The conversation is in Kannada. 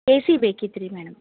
ಏ ಸಿ ಬೇಕಿತ್ತು ರೀ ಮೇಡಮ್